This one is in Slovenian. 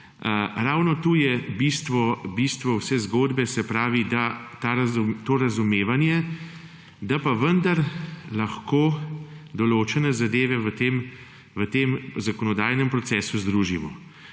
Ravno tu je bistvo vse zgodbe, se pravi to razumevanje, da pa vendar lahko določene zadeve v tem zakonodajnem procesu združimo.